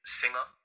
singer